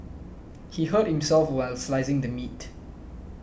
he hurt himself while slicing the meat